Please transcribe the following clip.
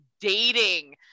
dating